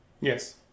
Yes